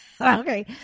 Okay